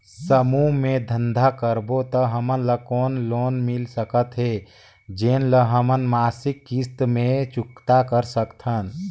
समूह मे धंधा करबो त हमन ल कौन लोन मिल सकत हे, जेन ल हमन मासिक किस्त मे चुकता कर सकथन?